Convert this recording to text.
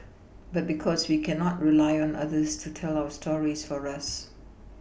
but because we cannot rely on others to tell our stories for us